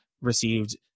received